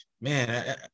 man